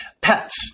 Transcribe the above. Pets